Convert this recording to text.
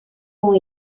ont